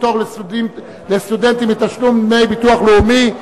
פטור לסטודנטים מתשלום דמי ביטוח לאומי).